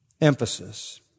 emphasis